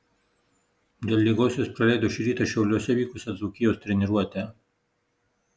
dėl ligos jis praleido šį rytą šiauliuose vykusią dzūkijos treniruotę